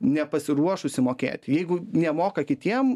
nepasiruošusi mokėti jeigu nemoka kitiem